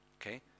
Okay